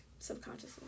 Subconsciously